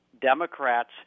Democrats